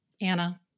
Anna